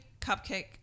cupcake